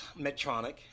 Medtronic